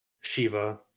Shiva